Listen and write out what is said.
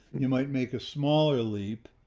you might make a smaller leap.